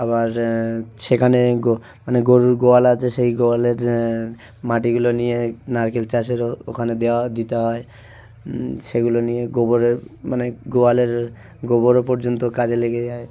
আবার ছেখানে গো মানে গরুর গোয়াল আচে সেই গোয়ালের মাটিগুলো নিয়ে নারকেল চাষের ও ওখানে দেওয়া দিতে হয় সেগুলো নিয়ে গোবরের মানে গোয়ালের গোবরও পর্যন্ত কাজে লেগে যায়